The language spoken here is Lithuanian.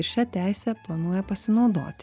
ir šia teise planuoja pasinaudoti